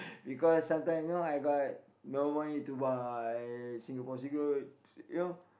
because sometimes you know I got no money to buy Singapore cigarettes you know